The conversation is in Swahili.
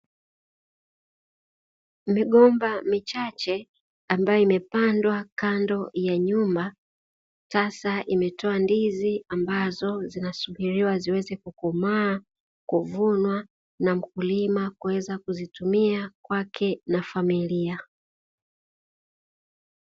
Migomba michache ambayo imepandwa kando ya nyumba sasa imetoa ndizi ambazo zinasubiriwa ziweze kukomaa, kuvunwa na mkulima kuweza kuzitumia kwake na familia.